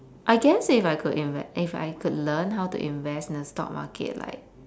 I guess if I could inve~ if I could learn how to invest in the stock market like